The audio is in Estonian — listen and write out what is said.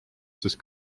sest